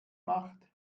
macht